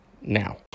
now